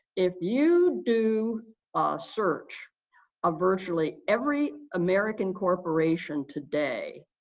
if you do a search of virtually every american corporation today,